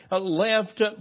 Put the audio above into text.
left